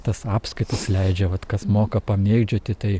tas apskaitas leidžia vat kas moka pamėgdžioti tai